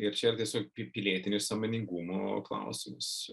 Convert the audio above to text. ir čia yra tiesiog pi pilietinis sąmoningumo klausimas